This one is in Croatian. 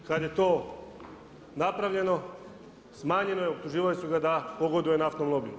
Kad je to napravljeno, smanjeno je, optuživali su ga da pogoduje naftnom lobiju.